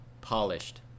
polished